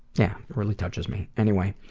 yeah really touches me. anyway.